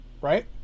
Right